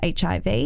HIV